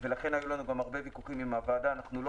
ולכן היו לנו גם הרבה ויכוחים עם הוועדה אנחנו לא